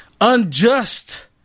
unjust